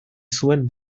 zuen